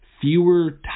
Fewer